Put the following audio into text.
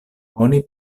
oni